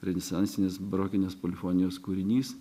renesansinės barokinės polifonijos kūrinys